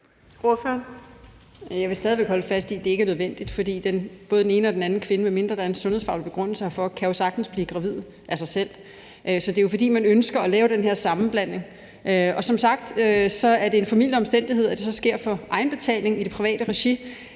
Jeg vil stadig væk holde fast i, at det ikke er nødvendigt, for medmindre der er en sundhedsfaglig begrundelse herfor, kan både den ene og den anden kvinde jo sagtens blive gravide af sig selv. Så det er jo, fordi man ønsker at lave den her sammenblanding. Som sagt er det en formildende omstændighed, at det så sker for egenbetaling i det private regi.